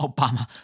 Obama